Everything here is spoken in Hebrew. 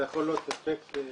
זה יכול להיות אפקט קטלני.